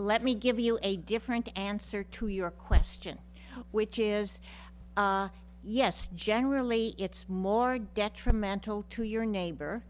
let me give you a different answer to your question which is yes generally it's more detrimental to your neighbor